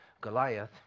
Goliath